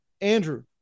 Andrew